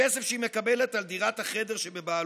בכסף שהיא מקבלת על דירת החדר שבבעלותה